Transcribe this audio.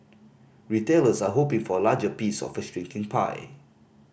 retailers are hoping for a larger piece of a shrinking pie